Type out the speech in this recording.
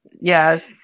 Yes